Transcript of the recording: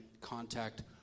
contact